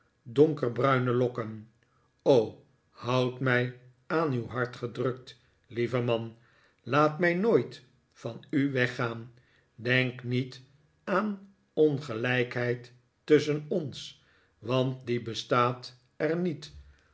donkerbruine lokken houd mij aan uw hart gedrukt lieve man laat mij nooit van u weggaan denk niet aan ongelijkheid tusschen ons want die bestaat er niet